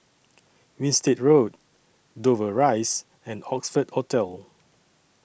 Winstedt Road Dover Rise and Oxford Hotel